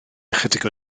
ychydig